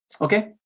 Okay